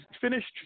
finished